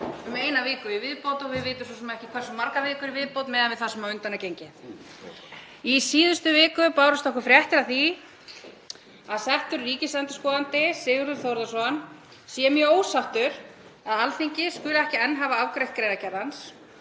um eina viku í viðbót. Við vitum svo sem ekki hversu margar vikur í viðbót það verða miðað við það sem á undan er gengið. Í síðustu viku bárust okkur fréttir af því að settur ríkisendurskoðandi, Sigurður Þórðarson, sé mjög ósáttur við að Alþingi skuli ekki enn hafa afgreitt greinargerð hans